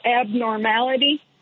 Abnormality